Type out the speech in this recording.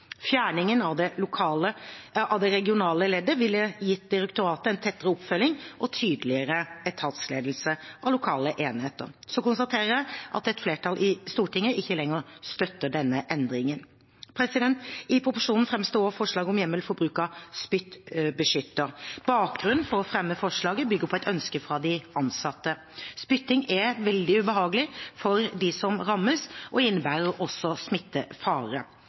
Fjerningen av det regionale leddet ville gitt direktoratet en tettere oppfølging og tydeligere etatsledelse av lokale enheter. Jeg konstaterer at et flertall i Stortinget ikke lenger støtter denne endringen. I proposisjonen fremmes det også forslag om hjemmel for bruk av spyttbeskytter. Bakgrunnen for å fremme forslaget bygger på et ønske fra de ansatte. Spytting er veldig ubehagelig for dem som rammes, og innebærer også smittefare.